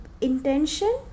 intention